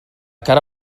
cara